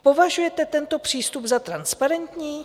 Považujete tento přístup za transparentní?